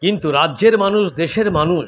কিন্তু রাজ্যের মানুষ দেশের মানুষ